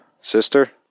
sister